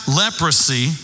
leprosy